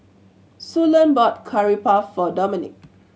Suellen bought Curry Puff for Domenic